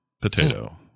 Potato